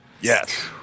Yes